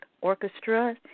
Orchestra